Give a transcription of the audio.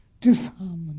disharmony